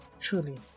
Truly